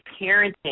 parenting